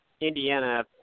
Indiana